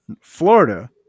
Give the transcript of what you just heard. Florida